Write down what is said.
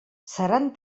seran